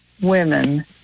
Women